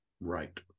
Right